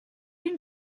une